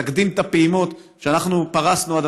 תקדים את הפעימות שאנחנו פרסנו עד